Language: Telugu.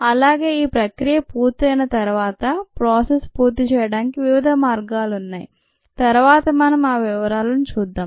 అలాగే ఈ ప్రక్రియ పూర్తయిన తరువాత ప్రాసెస్ పూర్తి చేయడానికి వివిధ మార్గాలున్నాయి తరువాత మనం ఆ వివరాలను చూద్దాం